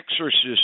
exorcist